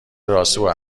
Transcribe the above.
راسو